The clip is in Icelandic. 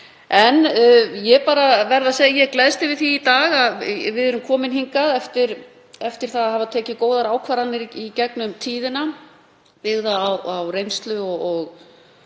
Ég verð að segja að ég gleðst yfir því í dag að við erum komin hingað eftir að hafa tekið góðar ákvarðanir í gegnum tíðina, byggðar á reynslu og þeim